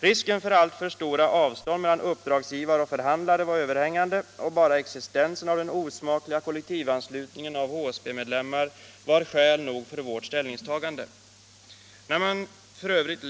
Risken för alltför stora avstånd mellan uppdragsgivare och förhandlare var överhängande, och bara existensen av den osmakliga kollektivanslutningen av HSB-medlemmar var skäl nog för vårt ställningstagande. När jag f.ö.